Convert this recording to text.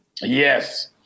Yes